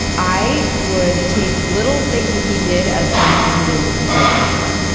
i would take little things that he did as signs that he didn't like me anymore.